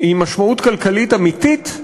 היא משמעות כלכלית אמיתית,